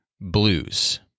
blues